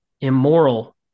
immoral